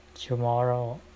tomorrow